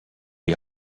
est